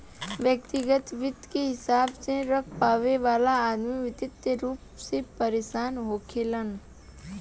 व्यग्तिगत वित्त के हिसाब न रख पावे वाला अदमी वित्तीय रूप से परेसान होखेलेन